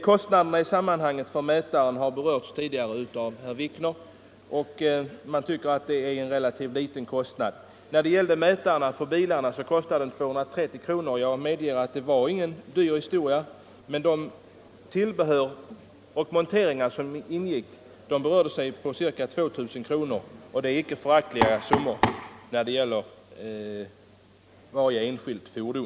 Herr Wikner har redan redogjort för vilka kostnader som är förknippade med dessa kilometerräknare. Man kan tycka att det är en relativt blygsam kostnad, eftersom mätarna bara går på 230 kronor. Jag medger att det inte är dyrt. Men kostnaderna för tillbehör och montering uppgår till ca 2000 kronor, och det är ett icke föraktligt belopp för varje enskilt fordon.